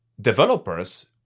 developers